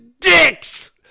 dicks